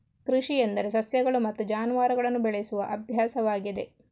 ಕೃಷಿ ಎಂದರೆ ಸಸ್ಯಗಳು ಮತ್ತು ಜಾನುವಾರುಗಳನ್ನು ಬೆಳೆಸುವ ಅಭ್ಯಾಸವಾಗಿದೆ